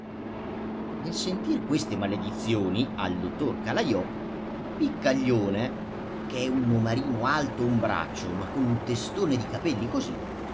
nel sentir queste maledizioni al dottor calajò piccaglione ch'è un omarino alto un braccio ma con un testone di capelli così